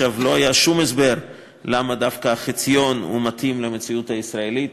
לא היה שום הסבר למה דווקא החציון מתאים למציאות הישראלית,